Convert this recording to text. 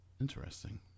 Interesting